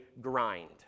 grind